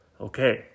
Okay